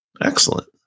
Excellent